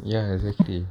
ya exactly